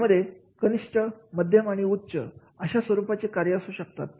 यामध्ये कनिष्ठ मध्यम आणि उच्च अशा स्वरूपाचे कार्य असू शकतात